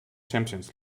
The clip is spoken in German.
champions